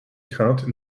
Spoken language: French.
crainte